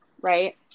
Right